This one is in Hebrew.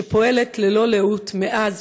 שפועלת ללא לאות מאז,